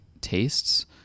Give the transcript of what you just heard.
tastes